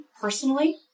personally